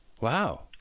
Wow